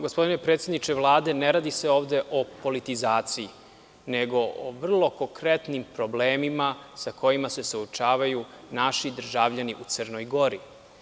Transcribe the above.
Gospodine predsedniče Vlade, ne radi se ovde o politizaciji, nego o vrlo konkretnim problemima sa kojima se suočavaju naši državljani u Crnoj Gori.